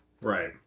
Right